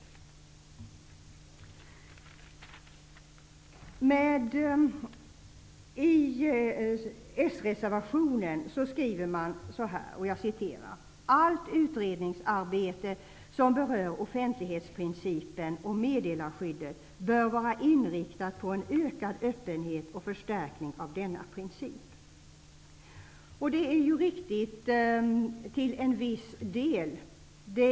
I s-reservationen skriver man följande: ''Allt utredningsarbete som berör offentlighetsprincipen bör vara inriktad på en ökad öppenhet och förstärkning av denna princip.'' Det är till en viss del riktigt.